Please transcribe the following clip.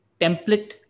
template